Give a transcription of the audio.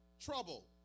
Trouble